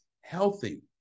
healthy